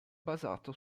basato